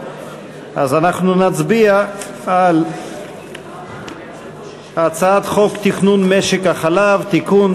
אז אנחנו נצביע על הצעת חוק תכנון משק החלב (תיקון),